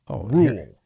rule